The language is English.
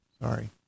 Sorry